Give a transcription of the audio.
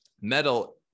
metal